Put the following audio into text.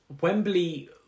Wembley